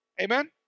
Amen